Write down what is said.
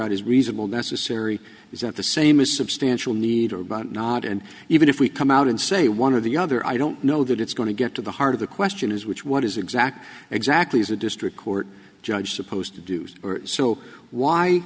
out is reasonable necessary is not the same as substantial need or about not and even if we come out and say one of the other i don't know that it's going to get to the heart of the question is which what is exact exactly as a district court judge supposed to do so why